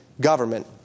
government